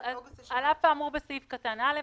--- "על אף האמור בסעיף קטן (א),